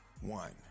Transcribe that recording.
one